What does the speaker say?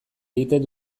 egin